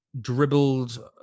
dribbled